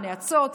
נאצות,